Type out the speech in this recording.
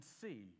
see